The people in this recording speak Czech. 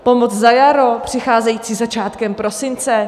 Pomoc za jaro přicházející začátkem prosince?